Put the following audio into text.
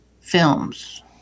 films